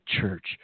church